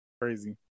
crazy